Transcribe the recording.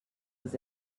was